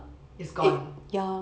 is gone